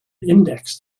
index